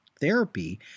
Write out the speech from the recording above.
therapy